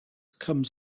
comes